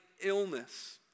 Illness